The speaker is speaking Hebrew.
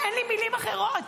אין לי מילים אחרות.